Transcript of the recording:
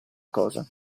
cosa